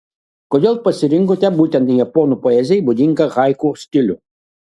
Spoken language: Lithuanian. kodėl pasirinkote būtent japonų poezijai būdingą haiku stilių